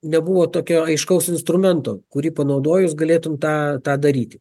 nebuvo tokio aiškaus instrumento kurį panaudojus galėtum tą tą daryti